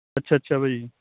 ਅੱਛਾ ਅੱਛਾ ਭਾਅ ਜੀ